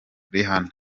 rihanna